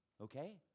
Okay